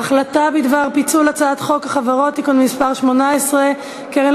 בדבר פיצול הצעת חוק החברות (תיקון מס' 18) (קרן